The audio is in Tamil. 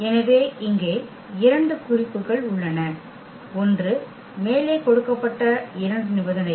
எனவே இங்கே 2 குறிப்புகள் உள்ளன ஒன்று மேலே கொடுக்கப்பட்ட 2 நிபந்தனைகள்